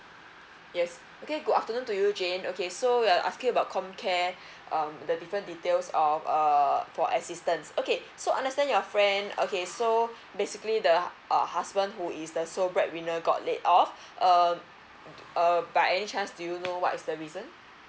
yes okay good afternoon to you jane okay so you're asking about comcare um the different details of err for assistance okay so understand your friend okay so basically the uh husband who is the sole bread winner got laid off err by any chance do you know what is the reason